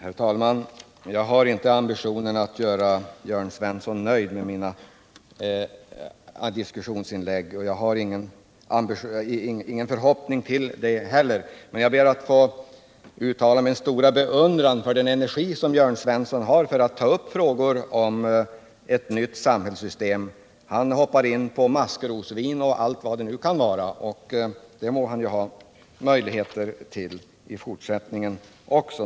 Herr talman! Jag har inte ambitionen att göra Jörn Svensson nöjd med mina diskussionsinlägg och jag har ingen förhoppning om det heller. Men jag ber att få uttala min stora beundran för den energi som Jörn Svensson har när det gäller att ta upp frågor om ett kommunistiskt samhällssystem. Han hoppar in med sitt budskap på frågan om maskrosvin och allt vad det kan vara. Det må han ha möjligheter till i fortsättningen också.